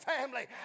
family